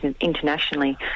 internationally